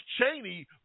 Cheney